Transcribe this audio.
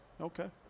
Okay